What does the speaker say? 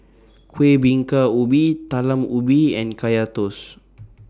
Kueh Bingka Ubi Talam Ubi and Kaya Toast